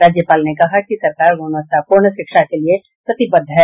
राज्यपाल ने कहा कि सरकार गुणवत्तापूर्ण शिक्षा के लिए प्रतिबद्ध है